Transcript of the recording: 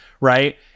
right